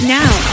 now